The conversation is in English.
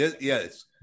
Yes